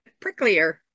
pricklier